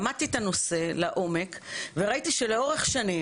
למדתי את הנושא לעומק וראיתי שלאורך שנים